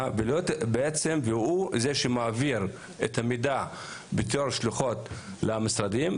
והוא זה שיעביר את המידע בתור שלוחות למשרדים.